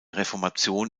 reformation